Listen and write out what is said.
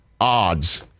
odds